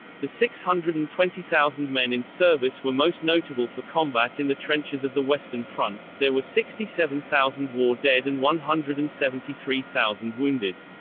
the six hundred and twenty thousand men in service were most notable for combat in the trenches of the western front there were sixty seven thousand war dead and one hundred and seventy three thousand wounded.